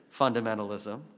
fundamentalism